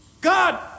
God